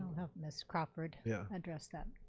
have miss crawford yeah address that,